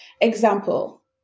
Example